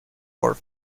for